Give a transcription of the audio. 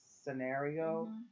scenario